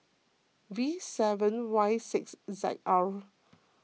V seven Y six Z R